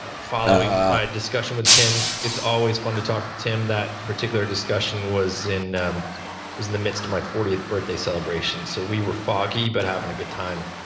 ah following my discussion with tim, it's always fun to talk to tim that particular discussion was in um was in the midst of my fortieth birthday celebration, so we were foggy but having a good time.